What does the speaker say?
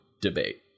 debate